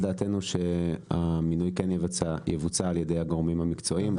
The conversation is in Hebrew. על דעתנו שהמינוי כן יבוצע על ידי הגורמים המקצועיים.